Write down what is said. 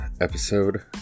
episode